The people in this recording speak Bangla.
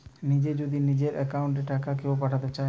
নিজে যদি নিজের একাউন্ট এ টাকা কেও পাঠাতে চায়